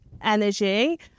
energy